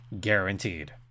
guaranteed